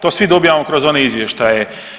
To svi dobijamo kroz one izvještaje.